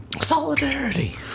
Solidarity